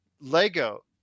Lego